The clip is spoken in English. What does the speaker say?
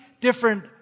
different